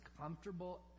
comfortable